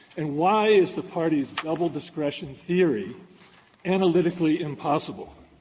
and why is the party's double-discretion theory analytically impossible?